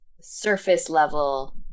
surface-level –